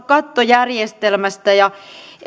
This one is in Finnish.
kattojärjestelmä